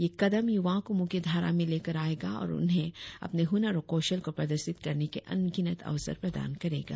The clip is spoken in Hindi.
ये कदम यूवाओं को मुख्यधारा में लेकर आएगा और उन्हें अपने हुनर और कौशल को प्रदर्शित करने के अनगिनत अवसर प्रदान करेगा